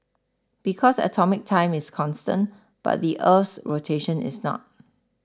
because atomic time is constant but the Earth's rotation is not